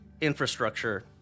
infrastructure